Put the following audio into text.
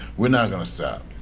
we're not going to stop.